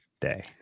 day